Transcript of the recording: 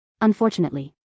Unfortunately